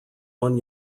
one